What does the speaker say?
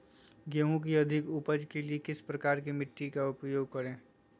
गेंहू की अधिक उपज के लिए किस प्रकार की मिट्टी का उपयोग करे?